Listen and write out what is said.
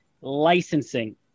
licensing